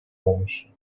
помощи